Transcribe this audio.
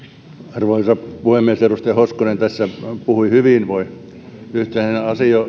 arvoisa puhemies edustaja hoskonen tässä puhui hyvin voin yhtyä hänen